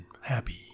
happy